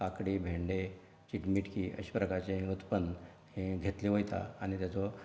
काकडी भेंडे चिटकी मिटकी अशें प्रकारचें हें उत्पन्न हें घेतलें वयता आनी ताजो